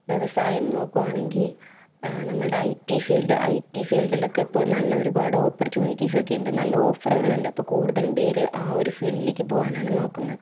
വ്യവസായം നോക്കുവാണെങ്കിൽ നമ്മളുടെ I T field I T ഫീൽഡിലൊക്കെ ഇപ്പം നല്ല ഒരുപാട് ഓപ്പർച്യൂണിറ്റീസൊക്കെ ഉണ്ട് നല്ല ഓഫറുകളുണ്ട് ഇപ്പം കൂടുതലും പേര് ആ ഒര് ഫീൽഡിലേക്ക് പോകാനാണ് നോക്കുന്നത്